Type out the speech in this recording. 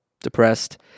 depressed